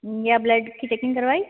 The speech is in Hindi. या ब्लड की चेकिंग करवाई